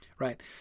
Right